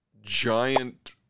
giant